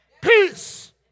Peace